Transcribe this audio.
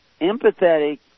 empathetic